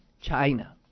China